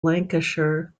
lancashire